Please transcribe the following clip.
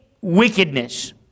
wickedness